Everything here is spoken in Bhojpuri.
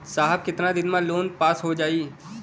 साहब कितना दिन में लोन पास हो जाई?